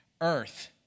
Earth